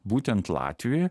būtent latvį